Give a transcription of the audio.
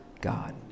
God